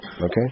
Okay